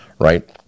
right